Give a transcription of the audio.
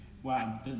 Wow